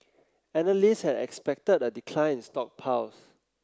analysts had expected a decline in stockpiles